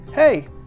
Hey